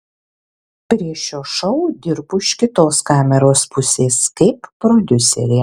prie šio šou dirbu iš kitos kameros pusės kaip prodiuserė